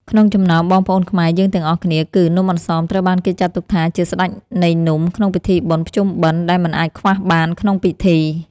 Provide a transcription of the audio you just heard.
ក្នុងចំណោមបងប្អូនខ្មែរយើងទាំងអស់គ្នាគឺ នំអន្សមត្រូវបានគេចាត់ទុកថាជាស្ដេចនៃនំក្នុងពិធីបុណ្យភ្ជុំបិណ្ឌដែលមិនអាចខ្វះបានក្នុងពិធី។